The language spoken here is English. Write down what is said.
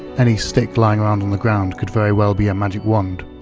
any stick lying around on the ground could very well be a magic wand,